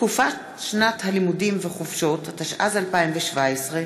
התשע"ז 2017,